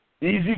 Easy